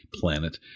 planet